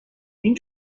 این